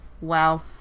Wow